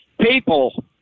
people